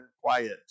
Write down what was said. quiet